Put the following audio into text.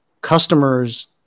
customers